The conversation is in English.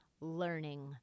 learning